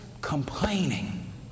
complaining